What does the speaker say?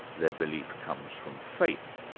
their belief comes from faith.